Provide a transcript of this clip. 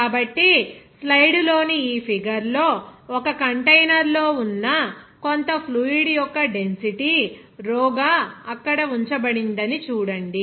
కాబట్టి స్లైడ్లోని ఈ ఫిగర్ లో ఒక కంటైనర్లో ఉన్నకొంత ఫ్లూయిడ్ యొక్క డెన్సిటీ రో గా అక్కడ ఉంచబడిందని చూడండి